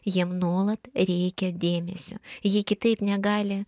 jiem nuolat reikia dėmesio ji kitaip negali